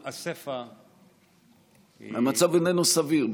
הסיפה היא, המצב איננו סביר.